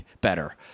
better